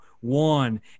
one